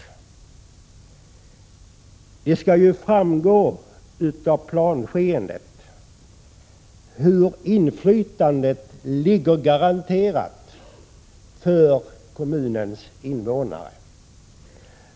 26 november 1986 Det skall ju framgå av planskeendet hur inflytandet ligger garanterat för. Ga kommunens invånare.